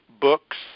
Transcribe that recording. books